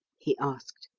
he asked.